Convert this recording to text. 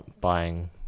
buying